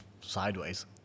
sideways